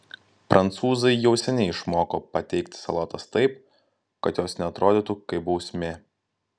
prancūzai jau seniai išmoko pateikti salotas taip kad jos neatrodytų kaip bausmė